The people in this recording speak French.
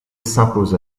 s’impose